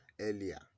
earlier